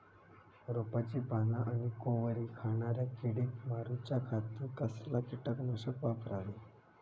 रोपाची पाना आनी कोवरी खाणाऱ्या किडीक मारूच्या खाती कसला किटकनाशक वापरावे?